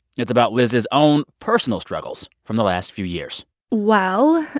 it's about lyz's own personal struggles from the last few years well,